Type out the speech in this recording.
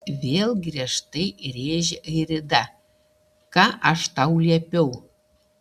vėl griežtai rėžė airida ką aš tau liepiau